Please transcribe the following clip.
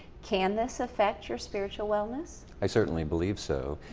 can this affect your spiritual wellness? i certainly believe so.